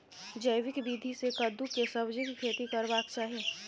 जैविक विधी से कद्दु के सब्जीक खेती करबाक चाही?